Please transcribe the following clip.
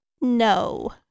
No